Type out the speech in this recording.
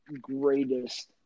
greatest